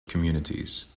communities